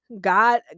God